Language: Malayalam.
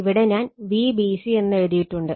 ഇവിടെ ഞാൻ Vbc എന്നെഴുതിയിട്ടുണ്ട്